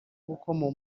gukoma